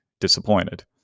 disappointed